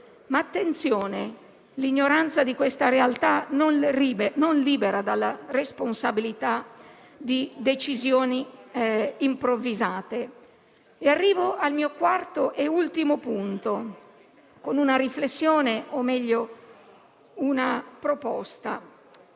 Ma, attenzione, l'ignoranza di questa realtà non libera dalla responsabilità di decisioni improvvisate. Arrivo al mio quarto e ultimo punto con una riflessione, o meglio una proposta: